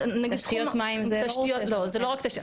תשתיות מים זה --- זה לא רק תשתיות,